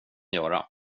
göra